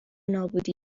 نابودی